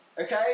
Okay